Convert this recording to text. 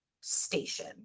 station